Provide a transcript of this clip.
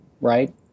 Right